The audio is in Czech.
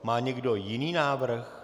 Má někdo jiný návrh?